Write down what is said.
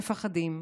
מפחדים,